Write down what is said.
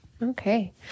Okay